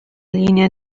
linea